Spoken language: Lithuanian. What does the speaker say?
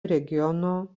regiono